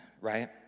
right